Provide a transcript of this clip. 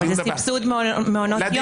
אבל סבסוד מעונות יום.